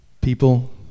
People